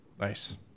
Nice